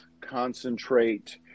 concentrate